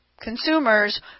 consumers